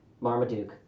Marmaduke